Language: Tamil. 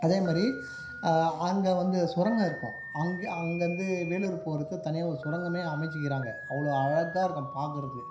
அதே மாதிரி அங்கே வந்து சுரங்கம் இருக்கும் அங்கே அங்கேருந்து வேலூர் போகிறதுக் தனியாக ஒரு சுரங்கமே அமைச்சிக்கிறாங்க அவ்வளோ அழகாக இருக்கும் பார்க்கறதுக்கு